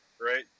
right